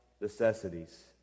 necessities